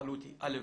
העלות היא א,